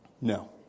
No